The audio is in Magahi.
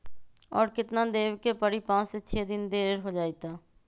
और केतना देब के परी पाँच से छे दिन देर हो जाई त?